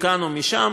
מכאן או משם,